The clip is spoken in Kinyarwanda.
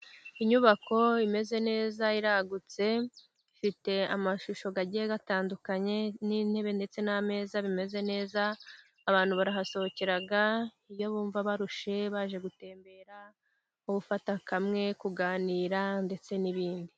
Inyubako imeze neza, iragutse, ifite amashusho agiye atandukanye, n'intebe, ndetse n'ameza bimeze neza, abantu barahasohokera iyo bumva barushye, baje gutembera, nko gufata kamwe, kuganira ndetse n'ibindi.